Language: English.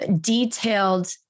detailed